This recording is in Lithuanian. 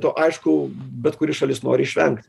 to aišku bet kuri šalis nori išvenk